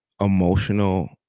emotional